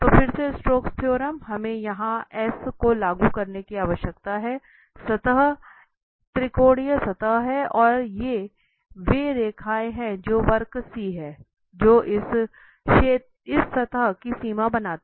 तो फिर से स्टोक्स थ्योरम हमें यहां S को लागू करने की आवश्यकता है सतह त्रिकोणीय सतह है और ये वे रेखाएँ हैं जो वक्र C हैं जो इस सतह की सीमा बनाती हैं